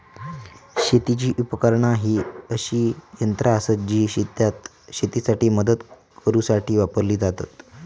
शेतीची उपकरणा ही अशी यंत्रा आसत जी शेतात शेतीसाठी मदत करूसाठी वापरली जातत